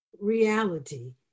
reality